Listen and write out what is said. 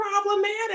problematic